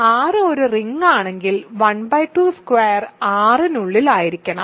R ഒരു ring ആണെങ്കിൽ ½2 R ന് ഉള്ളിൽ ആയിരിക്കണം